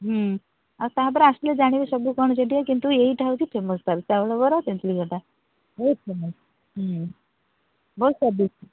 ହୁଁ ଆଉ ତା'ପରେ ଆସିଲେ ଜାଣିବେ ସବୁ କ'ଣ ସେଠି କିନ୍ତୁ ଏଇଟା ହେଉଛି ଫେମସ୍ ତା'ର ଚାଉଳ ବରା ତେନ୍ତୁଳି ଖଟା ବହୁତ ଫେମସ୍ ହୁଁ ବହୁତ ସ୍ୱାଦିଷ୍ଟ